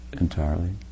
entirely